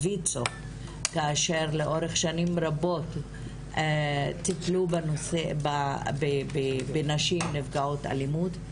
כאשר לאורך שנים רבות הם טיפלו בנשים נפגעות אלימות,